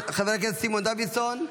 חבר הכנסת סימון דוידסון,